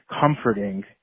comforting